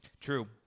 True